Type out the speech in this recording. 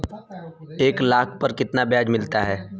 एक लाख पर कितना ब्याज मिलता है?